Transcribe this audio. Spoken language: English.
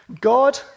God